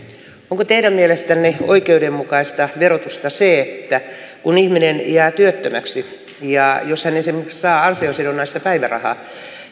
onko teidän mielestänne oikeudenmukaista verotusta se että kun ihminen jää työttömäksi ja jos hän esimerkiksi saa ansiosidonnaista päivärahaa